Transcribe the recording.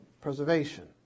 Preservation